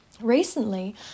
recently